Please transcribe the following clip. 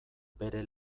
bere